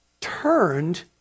turned